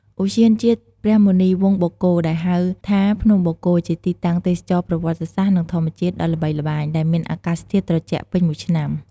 ឧទ្យានជាតិព្រះមុនីវង្សបូកគោ ដែលហៅថា ភ្នំបូកគោ ជាទីតាំងទេសចរណ៍ប្រវត្តិសាស្ត្រ និងធម្មជាតិដ៏ល្បីល្បាញ ដែលមានអាកាសធាតុត្រជាក់ពេញមួយឆ្នាំ។